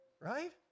right